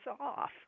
off